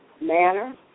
manner